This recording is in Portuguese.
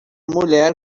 mulher